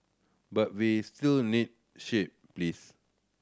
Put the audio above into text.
but we still need shade please